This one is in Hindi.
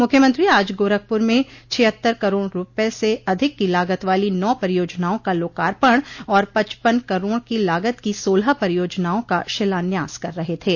मुख्यमंत्री आज गोरखपुर में छिहत्तर करोड़ रूपये से अधिक की लागत वालो नौ परियोजनाओं का लोकार्पण और पचपन करोड़ की लागत की सोलह परियोजनाओं का शिलान्यास कर रहे थे